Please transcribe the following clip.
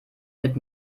mit